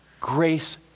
grace